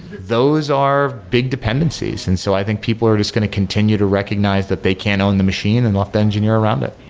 those are big dependencies. and so i think people are just going to continue to recognize that they can own the machine and left the engineer around it.